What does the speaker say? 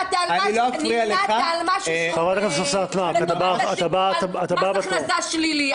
הנה עכשיו נמנעת על משהו שהוא לטובת הציבור על מס הכנסה שלילי.